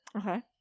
Okay